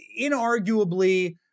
inarguably